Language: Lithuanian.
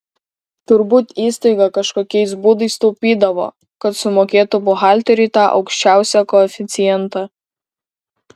turbūt įstaiga kažkokiais būdais taupydavo kad sumokėtų buhalteriui tą aukščiausią koeficientą